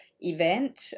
event